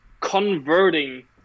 converting